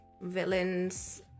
villains